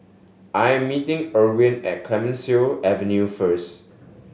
I am meeting Irwin at Clemenceau Avenue first